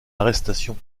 arrestations